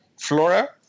flora